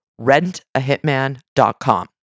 rentahitman.com